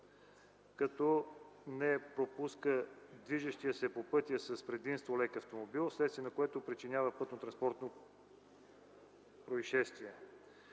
като не пропуска движещият се по пътя с предимство лек автомобил, вследствие на което причинява пътнотранспортно произшествие.